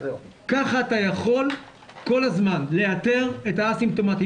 ככה אתה יכול כל הזמן לאתר את הא-סימפטומטיים.